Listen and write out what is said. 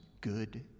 good